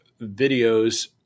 videos